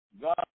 God